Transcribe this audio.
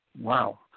Wow